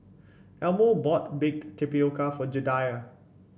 Elmo bought Baked Tapioca for Jedidiah